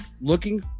looking